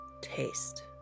taste